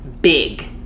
big